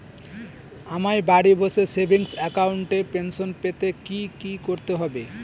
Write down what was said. আমায় বাড়ি বসে সেভিংস অ্যাকাউন্টে পেনশন পেতে কি কি করতে হবে?